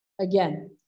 again